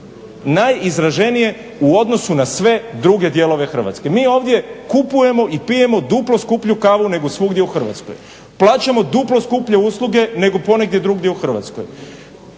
najizraženije u odnosu na sve druge dijelove Hrvatske. Mi ovdje kupujemo i pijemo duplo skuplju kavu nego svugdje u Hrvatskoj. Plaćamo duplo skuplje usluge nego ponegdje drugdje u Hrvatskoj.